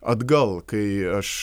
atgal kai aš